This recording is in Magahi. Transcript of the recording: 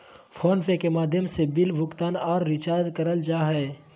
फोन पे के माध्यम से बिल भुगतान आर रिचार्ज करल जा हय